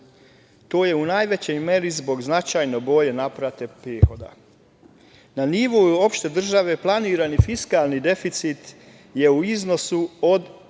To je u najvećoj meri zbog značajno bolje naplate prihoda. Na nivou opšte države planirani fiskalni deficit je u iznosu od